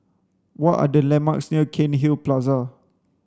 what are the landmarks near Cairnhill Plaza